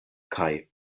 kaj